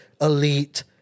elite